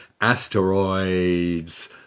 asteroids